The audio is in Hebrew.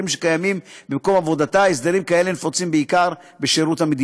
אומרים עליהם דברים איומים.